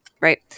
right